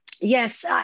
Yes